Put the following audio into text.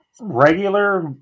regular